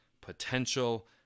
potential